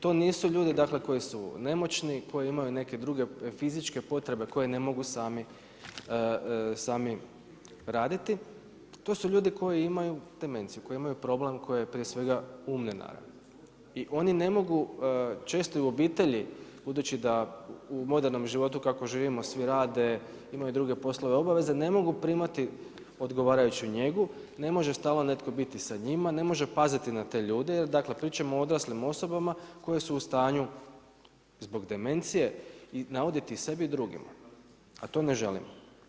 To nisu dakle ljudi koji su nemoćni, koji imaju neke druge fizičke potrebe koje ne mogu sami raditi, to su ljudi koji imaju demenciju, koji imaju problem koji je prije svega umne naravi i oni ne mogu često i u obitelji budući da u modernom životu kako živimo svi rade, imaju druge poslove i obaveze ne mogu primati odgovarajuću njegu, ne može stalno netko biti sa njima, ne može paziti na te ljude jer pričamo dakle o odraslim osobama koje su u stanju zbog demencije nauditi sebi i drugima, a to ne želimo.